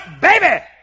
baby